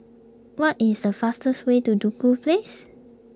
what is the fastest way to Duku Place